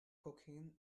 cocaine